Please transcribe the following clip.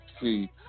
see